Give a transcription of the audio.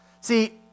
See